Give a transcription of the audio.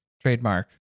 Trademark